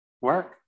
work